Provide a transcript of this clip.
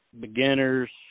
beginners